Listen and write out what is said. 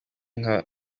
nka